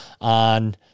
on